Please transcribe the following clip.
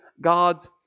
God's